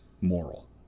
moral